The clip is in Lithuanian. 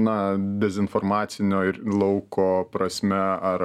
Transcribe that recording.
na dezinformacinio ir lauko prasme ar